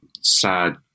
sad